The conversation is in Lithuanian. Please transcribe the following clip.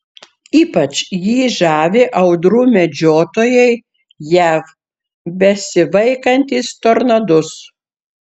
ypač jį žavi audrų medžiotojai jav besivaikantys tornadus